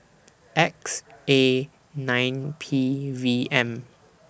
X A nine P V M